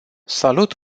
salut